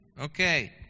okay